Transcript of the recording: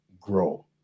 grow